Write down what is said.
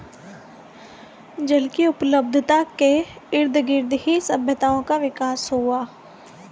जल की उपलब्धता के इर्दगिर्द ही सभ्यताओं का विकास हुआ